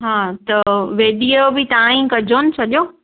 हा त वेॾीअ जो बि तव्हां ई कजोनि सॼो